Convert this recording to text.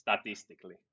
statistically